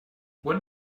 what